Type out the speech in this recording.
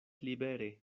libere